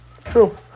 True